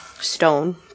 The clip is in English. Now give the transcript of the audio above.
Stone